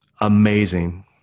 Amazing